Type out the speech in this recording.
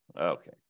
Okay